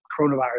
coronavirus